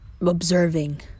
observing